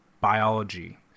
biology